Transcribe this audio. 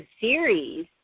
series